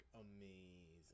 amazing